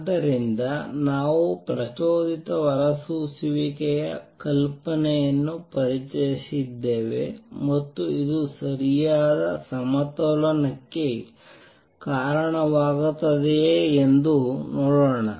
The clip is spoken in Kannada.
ಆದ್ದರಿಂದ ನಾವು ಪ್ರಚೋದಿತ ಹೊರಸೂಸುವಿಕೆಯ ಕಲ್ಪನೆಯನ್ನು ಪರಿಚಯಿಸಿದ್ದೇವೆ ಮತ್ತು ಇದು ಸರಿಯಾದ ಸಮತೋಲನಕ್ಕೆ ಕಾರಣವಾಗುತ್ತದೆಯೇ ಎಂದು ನೋಡೋಣ